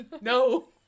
No